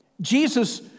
Jesus